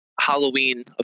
Halloween